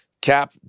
Cap